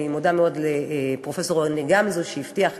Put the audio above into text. אני מודה מאוד לפרופסור רוני גמזו, שהבטיח ככה: